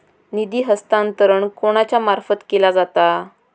निधी हस्तांतरण कोणाच्या मार्फत केला जाता?